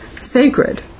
sacred